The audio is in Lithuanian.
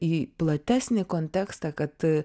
į platesnį kontekstą kad